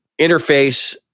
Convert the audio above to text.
interface